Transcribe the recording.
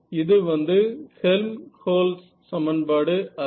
இது வந்து ஹெல்ம்ஹோல்ட்ஸ் சமன்பாடு அல்ல